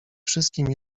wszystkim